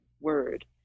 word